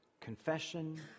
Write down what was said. confession